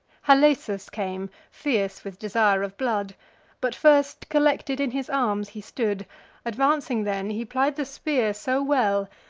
halesus came, fierce with desire of blood but first collected in his arms he stood advancing then, he plied the spear so well,